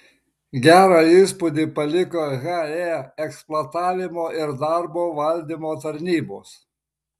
gerą įspūdį paliko he eksploatavimo ir darbo valdymo tarnybos